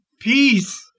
peace